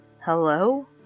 Hello